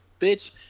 bitch